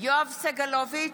יואב סגלוביץ'